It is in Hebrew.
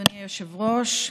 אדוני היושב-ראש,